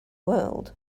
world